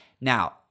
now